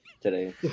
today